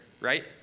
right